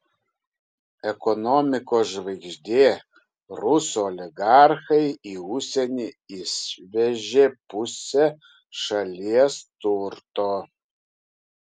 ekonomikos žvaigždė rusų oligarchai į užsienį išvežė pusę šalies turto